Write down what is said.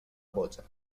boja